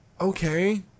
Okay